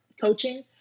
coaching